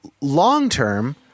long-term